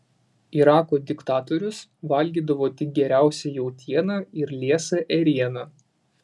irako diktatorius valgydavo tik geriausią jautieną ir liesą ėrieną